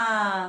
כך.